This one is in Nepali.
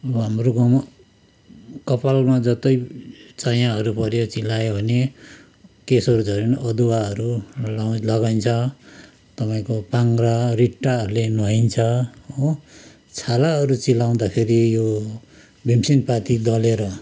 हाम्रो गाउँमा कपालमा जस्तै चायाहरू पऱ्यो चिलायो भने केशहरू झऱ्यो भने अदुवाहरू लउ लगाइन्छ तपाईँको पाङ्रा रिट्ठाहरूले नुहाइन्छ हो छालाहरू चिलाउँदाखेरि यो भिमसेनपाती दलेर